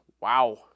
wow